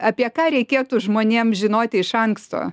apie ką reikėtų žmonėm žinoti iš anksto